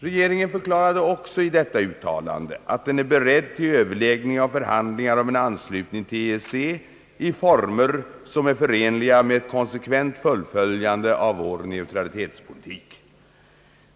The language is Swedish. Regeringen förklarade också i detta uttalande att den är beredd till överläggningar och förhandlingar om en anslutning till EEC i former som är förenliga med ett konsekvent fullföljande av vår neutralitetspolitik.